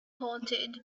haunted